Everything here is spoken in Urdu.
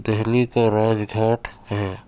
دہلی کا راج گھاٹ ہے